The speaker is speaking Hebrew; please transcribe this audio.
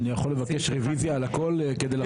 אני יכול לבקש רביזיה על הכול כדי לחסוך לוולדימיר?